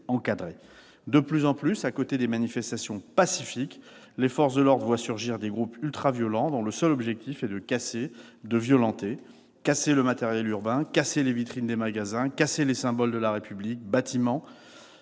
De plus en plus, à côté des manifestants pacifiques, les forces de l'ordre voient surgir des groupes ultraviolents, dont le seul objectif est de casser et de violenter. Matériel urbain, vitrines de magasins, symboles de la République, bâtiments